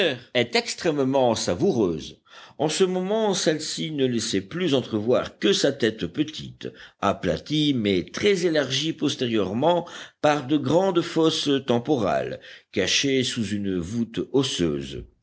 est extrêmement savoureuse en ce moment celle-ci ne laissait plus entrevoir que sa tête petite aplatie mais très élargie postérieurement par de grandes fosses temporales cachées sous une voûte osseuse